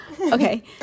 Okay